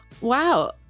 Wow